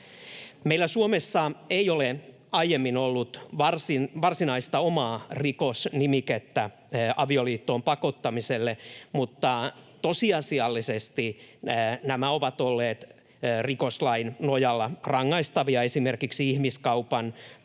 Meillä Suomessa ei ole aiemmin ollut varsinaista omaa rikosnimikettä avioliittoon pakottamiselle, mutta tosiasiallisesti nämä ovat olleet rikoslain nojalla rangaistavia esimerkiksi ihmiskaupan, törkeän